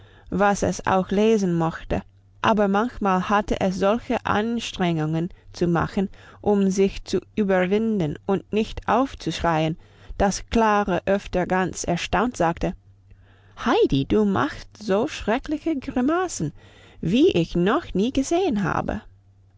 was es auch lesen mochte aber manchmal hatte es solche anstrengungen zu machen um sich zu überwinden und nicht aufzuschreien dass klara öfter ganz erstaunt sagte heidi du machst so schreckliche grimassen wie ich noch nie gesehen habe